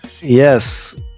Yes